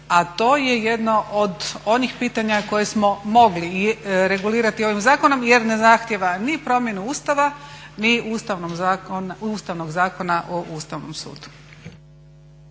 A to je jedno od onih pitanja koje smo mogli regulirati ovim zakonom jer ne zahtijeva ni promjenu Ustava ni Ustavnog zakona o Ustavnom sudu.